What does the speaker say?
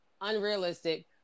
unrealistic